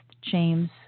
James